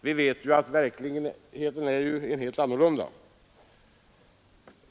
Vi vet ju att verkligheten är helt annorlunda.